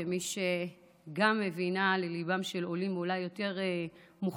כמי שגם מבינה לליבם של עולים אולי יותר מוחלשים,